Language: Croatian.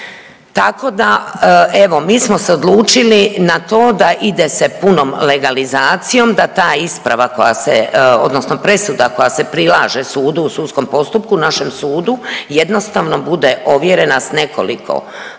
Tako da evo mi smo se odlučili na to da ide se punom legalizacijom, da ta isprava koja se odnosno presuda koja se prilaže sudu u sudskom postupku našem sudu jednostavno bude ovjerena s nekoliko stupnjeva